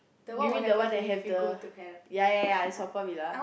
you mean the one that have the ya ya is Haw-Par-Villa